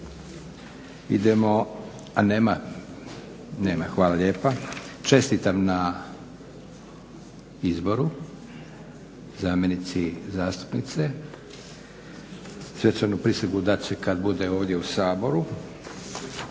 sa 120 glasova za. Čestitam na izboru zamjenici zastupnika. Svečanu prisegu dat će kad bude ovdje u Saboru.